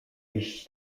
iść